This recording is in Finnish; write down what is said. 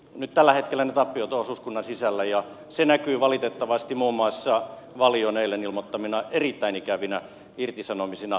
nyt tällä hetkellä ne tappiot ovat osuuskunnan sisällä ja se näkyy valitettavasti muun muassa valion eilen ilmoittamina erittäin ikävinä irtisanomisina